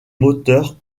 moteurs